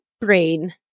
brain